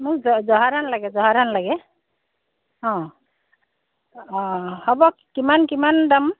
মোক জহা ধান লাগে জহা ধান লাগে অঁ অঁ হ'ব কিমান কিমান দাম